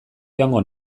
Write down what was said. joango